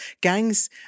gangs